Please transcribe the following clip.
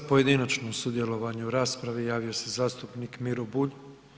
Za pojedinačno sudjelovanje u raspravi javio se zastupnik Miro Bulj.